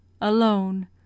alone